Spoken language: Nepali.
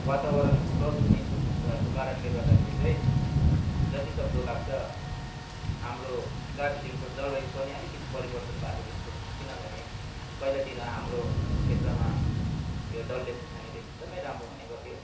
वातावरण प्रदुषित भएको कारणले गर्दाखेरि चाहिँ जति सक्दो लाग्छ हाम्रो दार्जिलिङको जलवायु पनि अलिकति परिवर्तन भएको जस्तो किनभने पहिलातिर हाम्रो क्षेत्रमा यो डल्ले खुर्सानीहरू एकदम राम्रो हुने गर्थ्यो